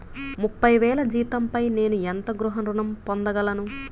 ముప్పై వేల జీతంపై నేను ఎంత గృహ ఋణం పొందగలను?